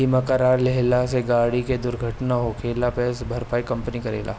बीमा करा लेहला से गाड़ी के दुर्घटना होखला पे सब भरपाई कंपनी करेला